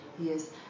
Yes